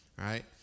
right